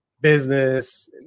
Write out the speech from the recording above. business